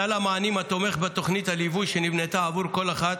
סל מענים התומך בתוכנית הליווי שנבנתה עבור כל אחת.